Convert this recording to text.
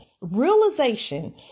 realization